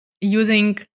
using